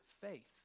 faith